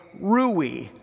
RUI